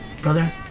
Brother